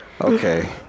okay